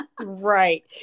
right